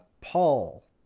Paul